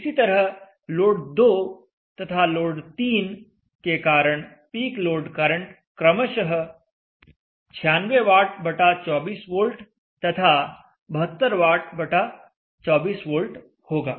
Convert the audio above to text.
इसी तरह लोड 2 तथा लोड 3 के कारण पीक लोड करंट क्रमशः 96 वाट बटा 24 वोल्ट तथा 72 वाट बटा 24 वोल्ट होगा